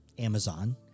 Amazon